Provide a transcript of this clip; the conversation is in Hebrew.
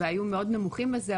והיו מאוד נמוכים בזה,